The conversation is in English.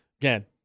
Again